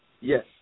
Yes